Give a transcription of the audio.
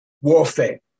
warfare